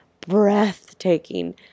Breathtaking